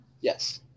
Yes